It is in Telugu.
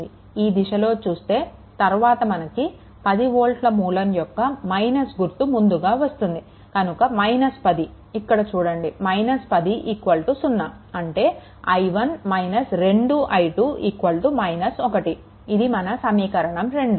ఈ దిశలో చూస్తే తరువాత మనకు 10 వోల్ట్ల మూలం యొక్క - గుర్తు ముందుగా వస్తుంది కనుక 10 ఇక్కడ చూడండి 10 0 అంటే i1 - 2i2 1 ఇది మన సమీకరణం 2